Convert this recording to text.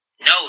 No